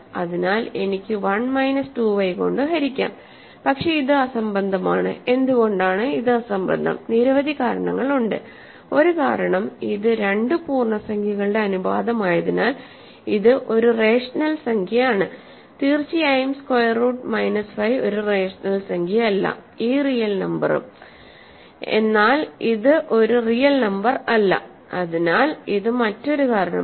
അതിനാൽ എനിക്ക് 1 minus 2 y കൊണ്ട് ഹരിക്കാം പക്ഷേ ഇത് അസംബന്ധമാണ് എന്തുകൊണ്ടാണ് ഇത് അസംബന്ധം നിരവധി കാരണങ്ങൾ ഉണ്ട് ഒരു കാരണം ഇത് രണ്ട് പൂർണ്ണസംഖ്യകളുടെ അനുപാതമായതിനാൽ ഇത് ഒരു റേഷണൽ സംഖ്യയാണ് തീർച്ചയായും സ്ക്വയർ റൂട്ട് മൈനസ് 5 ഒരു റേഷനൽ സംഖ്യയല്ല ഈ റിയൽ നമ്പറും എന്നാൽ ഇത് ഒരു റിയൽ നമ്പർ അല്ല അതിനാൽ ഇത് മറ്റൊരു കാരണമാണ്